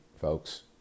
folks